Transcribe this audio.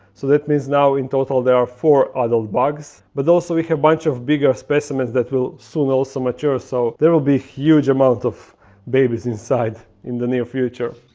so that means now in tow tow there are four adult bugs but also we have a bunch of bigger specimens that will soon also mature so there will be huge amount of babies inside in the near future